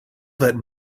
that